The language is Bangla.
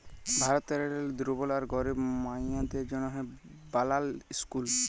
ভারতেরলে দুর্বল আর গরিব মাইয়াদের জ্যনহে বালাল ইসকুল